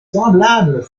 semblables